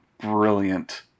brilliant